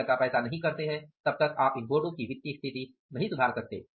जब तक आप ऐसा नहीं करते तब तक आप इन बोर्डों की स्थिति नहीं सुधार सकते